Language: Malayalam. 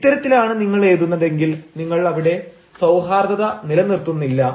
ഇത്തരത്തിലാണ് നിങ്ങൾ എഴുതുന്നതെങ്കിൽ നിങ്ങൾ അവിടെ സൌഹാർദ്ദത നിലനിർത്തുന്നില്ല